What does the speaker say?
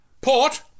Port